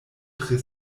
tre